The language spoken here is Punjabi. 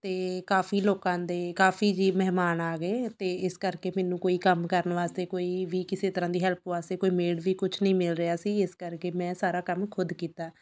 ਅਤੇ ਕਾਫ਼ੀ ਲੋਕਾਂ ਦੇ ਕਾਫੀ ਜੀ ਮਹਿਮਾਨ ਆ ਗਏ ਅਤੇ ਇਸ ਕਰਕੇ ਮੈਨੂੰ ਕੋਈ ਕੰਮ ਕਰਨ ਵਾਸਤੇ ਕੋਈ ਵੀ ਕਿਸੇ ਤਰ੍ਹਾਂ ਦੀ ਹੈਲਪ ਵਾਸਤੇ ਕੋਈ ਮੇਡ ਵੀ ਕੁਝ ਨਹੀਂ ਮਿਲ ਰਿਹਾ ਸੀ ਇਸ ਕਰਕੇ ਮੈਂ ਸਾਰਾ ਕੰਮ ਖੁਦ ਕੀਤਾ